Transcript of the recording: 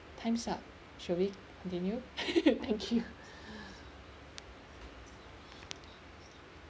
time's up should we continue thank you